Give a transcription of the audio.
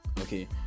okay